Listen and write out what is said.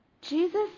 Jesus